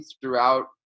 throughout